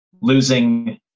losing